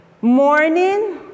morning